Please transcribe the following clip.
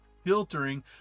filtering